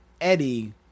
Eddie